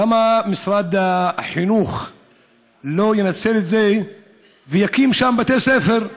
למה משרד החינוך לא ינצל את זה ויקים שם בתי ספר?